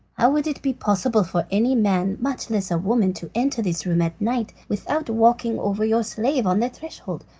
how would it be possible for any man, much less a woman, to enter this room at night without walking over your slave on the threshold?